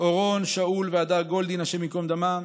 אורון שאול והדר גולדין, השם ייקום דמם,